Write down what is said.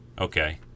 Okay